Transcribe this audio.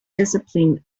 discipline